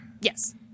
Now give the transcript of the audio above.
Yes